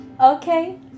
Okay